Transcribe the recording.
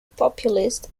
populist